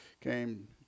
came